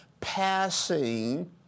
passing